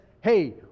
hey